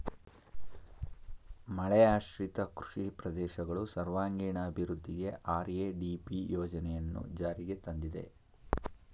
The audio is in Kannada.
ಮಳೆಯಾಶ್ರಿತ ಕೃಷಿ ಪ್ರದೇಶಗಳು ಸರ್ವಾಂಗೀಣ ಅಭಿವೃದ್ಧಿಗೆ ಆರ್.ಎ.ಡಿ.ಪಿ ಯೋಜನೆಯನ್ನು ಜಾರಿಗೆ ತಂದಿದೆ